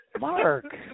Mark